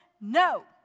No